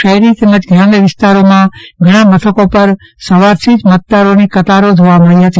શહેરી તેમજ ગ્રામિણ વિસ્તારોમાં ઘણા મથકો પર સવાર થી જ મતદારોની કતારો જોવા મળી હતી